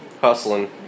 hustling